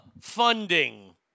Funding